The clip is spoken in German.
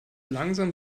langsam